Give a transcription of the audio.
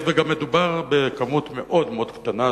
היות שמדובר בכמות מאוד מאוד קטנה,